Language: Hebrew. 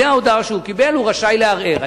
זו ההודעה שהוא קיבל, הוא רשאי לערער.